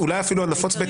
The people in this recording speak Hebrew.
הנפוץ.